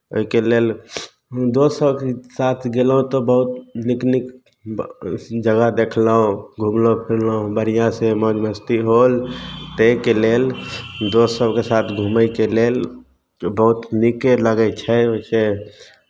ओहिके लेल दोस्त सभके साथ गयलहुँ तऽ बहुत नीक नीक ब् जगह देखलहुँ घुमलहुँ फिरलहुँ बढ़िआँसँ मौज मस्ती होल ओहिके लेल दोस्त सभके साथ घूमयके लेल बहुत नीके लगै छै ओहिसँ